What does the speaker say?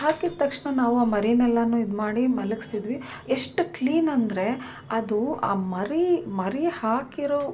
ಹಾಕಿದ ತಕ್ಷಣ ನಾವು ಆ ಮರಿಯೆಲ್ಲಾ ಇದು ಮಾಡಿ ಮಲಗ್ಸಿದ್ವಿ ಎಷ್ಟು ಕ್ಲೀನಂದರೆ ಅದು ಆ ಮರಿ ಮರಿ ಹಾಕಿರೋ